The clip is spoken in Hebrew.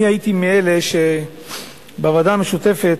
אני הייתי מאלה שבוועדה המשותפת,